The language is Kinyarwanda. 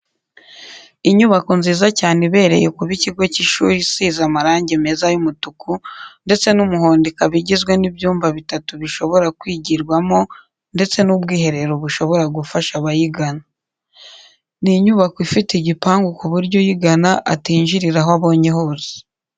Inyubako nziza cyane ibereye kuba ikigo cy'ishuri isize amarange meza y'umutuku ndetse n'umuhondo ikaba igizwe n'ibyumba bitatu bishobora kwigirwamo ndetse n'ubwiherero bushobora gufasha abayigana. Ni inyubako ifite igipangu ku buryo uyigana atinjirira aho abonye hose.